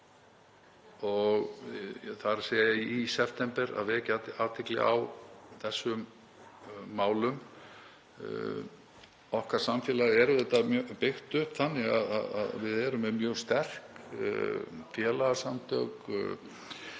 verkefni, þ.e. í september, að vekja athygli á þessum málum. Okkar samfélag er auðvitað byggt upp þannig að við erum með mjög sterk félagasamtök,